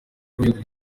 ruhindura